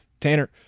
Tanner